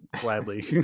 gladly